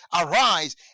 arise